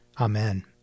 Amen